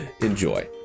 Enjoy